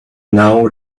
now